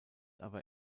aber